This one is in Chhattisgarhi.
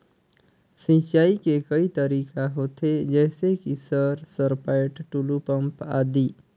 सिंचाई के कई तरीका होथे? जैसे कि सर सरपैट, टुलु पंप, आदि?